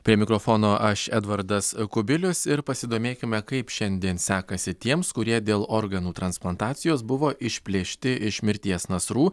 prie mikrofono aš edvardas kubilius ir pasidomėkime kaip šiandien sekasi tiems kurie dėl organų transplantacijos buvo išplėšti iš mirties nasrų